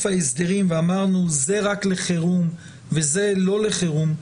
ההסדרים ואמרנו זה רק לחירום וזה לא לחירום,